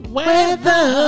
Weather